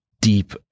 deep